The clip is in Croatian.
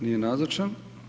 Nije nazočan.